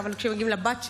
אבל כשמגיעים לבת שלי,